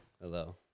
Hello